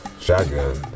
shotgun